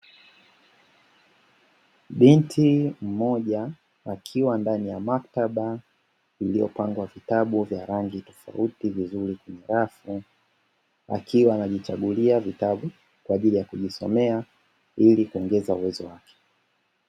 Binti mmoja akiwa ndani ya maktaba iliyo pangwa vitabu vya rangi tofauti vizuri kwenye rafu, akiwa anajichagulia vitabu kwa ajili ya kujisomea, ili kuongeza uwezo wake.